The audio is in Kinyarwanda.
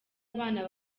abana